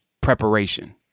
preparation